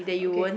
okay